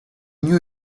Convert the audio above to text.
new